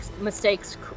mistakes